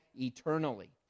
eternally